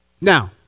now